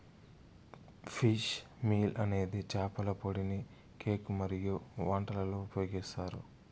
fish meal అనేది చేపల పొడిని కేక్ మరియు వంటలలో ఉపయోగిస్తారు